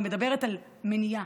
אני מדברת על מניעה.